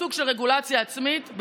סוג של רגולציה עצמית,